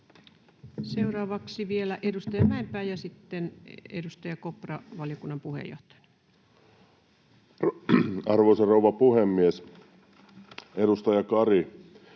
Seuraavaksi vielä edustaja Mäenpää ja sitten edustaja Kopra, valiokunnan puheenjohtaja. Arvoisa rouva puhemies! Edustaja Kari